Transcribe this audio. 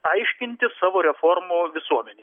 aiškinti savo reformų visuomenei